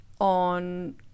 on